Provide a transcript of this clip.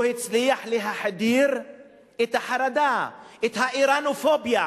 הוא הצליח להחדיר את החרדה, את האירנופוביה,